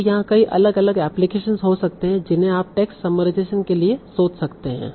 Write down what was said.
तो यहां कई अलग अलग एप्लीकेशन हो सकते हैं जिन्हें आप टेक्स्ट समराइजेशेन के लिए सोच सकते हैं